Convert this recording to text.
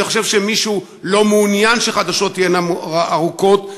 אני חושב שמישהו לא מעוניין שהחדשות תהיינה ארוכות,